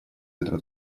этого